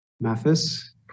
Mathis